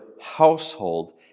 household